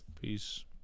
peace